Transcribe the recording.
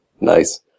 nice